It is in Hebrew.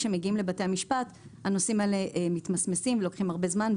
כשמגיעים לבתי המשפט הנושאים האלה מתמסמסים ולוקחים הרבה זמן,